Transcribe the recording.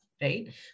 Right